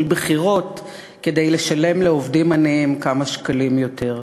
של בחירות כדי לשלם לעובדים עניים כמה שקלים יותר.